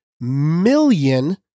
million